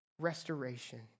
restoration